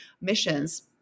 missions